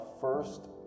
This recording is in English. first